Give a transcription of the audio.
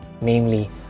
namely